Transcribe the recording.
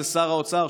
זה שר האוצר,